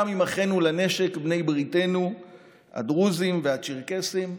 גם עם אחינו לנשק בני בריתנו הדרוזים והצ'רקסים.